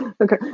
Okay